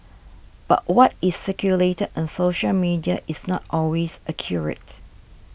but what is circulated on social media is not always accurate